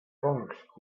fongs